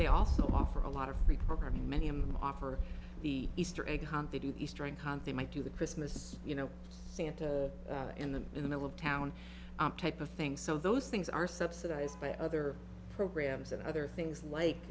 they also offer a lot of free programming many i'm off for the easter egg hunt they do easter egg hunt they might do the christmas you know santa in the in the middle of town type of thing so those things are subsidized by other programs and other things like